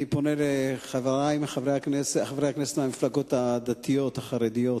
אני פונה אל חברי הכנסת מהמפלגות הדתיות החרדיות.